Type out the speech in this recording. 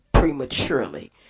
prematurely